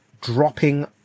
dropping